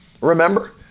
Remember